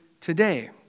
today